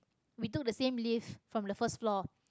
we took the same lift from the first floor